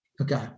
Okay